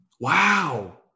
Wow